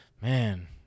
Man